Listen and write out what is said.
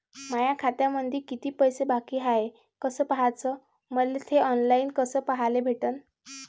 माया खात्यामंधी किती पैसा बाकी हाय कस पाह्याच, मले थे ऑनलाईन कस पाह्याले भेटन?